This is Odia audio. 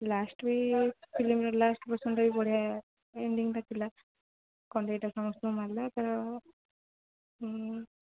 ଲାଷ୍ଟ୍ ଫିଲ୍ମର ଲାଷ୍ଟ୍ ପୋର୍ସନ୍ଟା ବି ବଢ଼ିଆ ଏଣ୍ଡିଂଟା ଥିଲା କଣ୍ଢେଇଟା ସମସ୍ତଙ୍କୁ ମାରିଲା ତା'ର